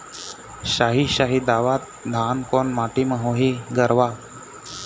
साही शाही दावत धान कोन माटी म होही गरवा?